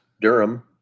Durham